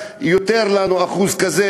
אצלנו אולי האחוז קצת גבוה יותר.